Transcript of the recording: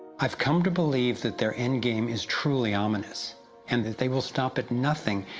i've come to believe that their endgame is truly ominous and that they will stop at nothing,